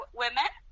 women